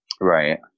Right